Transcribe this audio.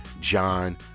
John